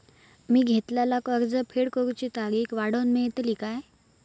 मी घेतलाला कर्ज फेड करूची तारिक वाढवन मेलतली काय?